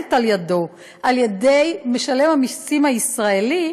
וממומנת על-ידיו, על-ידי משלם המסים הישראלי,